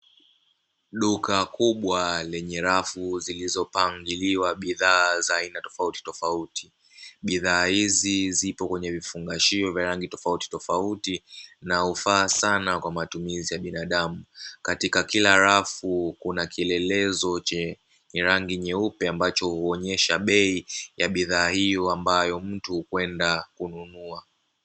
Duka kubwa lenye rafu zilizopangiliwa bidhaa za aina tofautitofauti, bidhaa hizi zipo kwenye vifungashio vya rangi tofautitofauti na hufaa sana kwa matumizi ya binadamu, katika kila rafu kuna kielelezo chenye rangi nyeupe ambacho huonesha bei ya bidhaa hizo ambayo mtu huenda kununua.